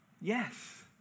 yes